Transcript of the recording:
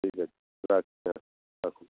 ঠিক আছে রাখছি রাখুন